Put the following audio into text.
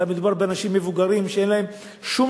אלא מדובר באנשים מבוגרים שאין להם שום